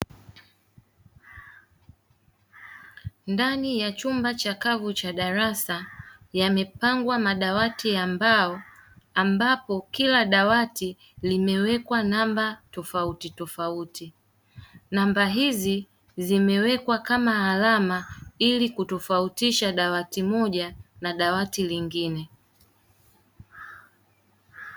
Ndani ya chumba chakavu cha darasa yamepangwa madawati ya mbao ambapo kila dawati limewekwa namba tofautitofauti, namba hizi zimewekwa kama alama ili kutofautisha dawati moja na dawati lingine.